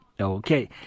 Okay